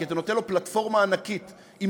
כי אתה נותן לו פלטפורמה ענקית עם